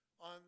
on